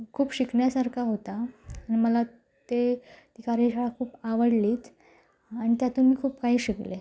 खूप शिकण्यासारखा होता मला ते ती कार्यशाळा खूप आवडलीच आणि त्यातून खूप काही शिकले